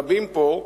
רבים פה,